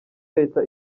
leta